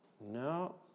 No